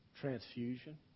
transfusion